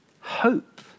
hope